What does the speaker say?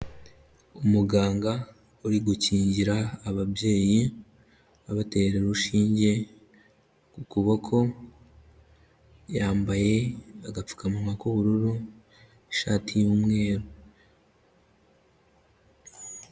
Umuganga uri gukingira ababyeyi abatera urushinge ku kuboko, yambaye agapfukamuwa k'ubururu, ishati y'umweru.